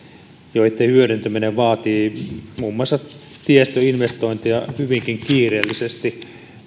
joitten hyödyntäminen vaatii muun muassa tiestöinvestointeja hyvinkin kiireellisesti